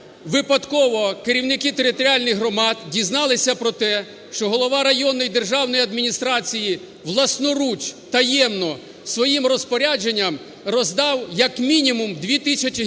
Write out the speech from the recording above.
випадково керівники територіальних громад дізналися про те, що голова районної державної адміністрації власноруч, таємно своїм розпорядженням роздав, як мінімум, 2 тисячі гектарів